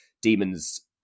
demons